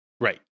Right